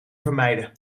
vermijden